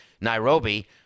Nairobi